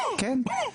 כן,